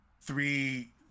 three